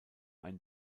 ein